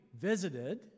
visited